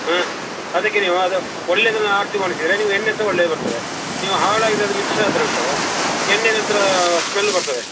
ಹಾಂ ಅದಕ್ಕೆ ನೀವು ಅದು ಒಳ್ಳೆದನ್ನು ಆರಿಸಿ ಒಣಸಿದ್ರೆ ನೀವು ಎಣ್ಣೆ ಸಹ ಒಳ್ಳೇದು ಬರ್ತದೆ ನೀವು ಹಾಳಾಗಿದ್ದು ಅಲ್ಲಿ ಮಿಕ್ಸ್ ಆದರೆ ಉಂಟಲ್ಲ ಎಣ್ಣೆ ನಂತರ ಸ್ಮೆಲ್ ಬರ್ತದೆ